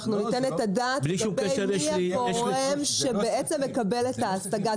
אנחנו ניתן את הדעת לגבי מי הגורם שמקבל את ההשגה.